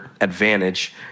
advantage